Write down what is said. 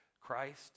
Christ